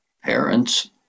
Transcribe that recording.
parents